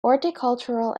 horticultural